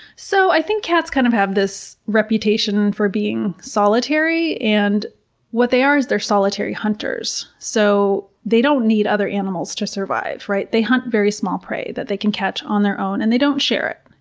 so i think cats kind of have this reputation for being solitary, and what they are is they're solitary hunters, so they don't need other animals to survive, right? they hunt very small prey that they can catch on their own and they don't share it.